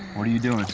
what are you doing?